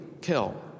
kill